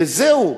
וזהו.